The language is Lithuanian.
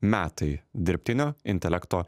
metai dirbtinio intelekto